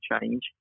change